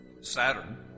Saturn